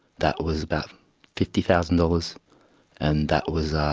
that was about fifty thousand dollars and that was,